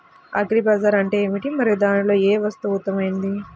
Agri బజార్ అంటే ఏమిటి మరియు దానిలో ఏ వస్తువు ఉత్తమమైనది?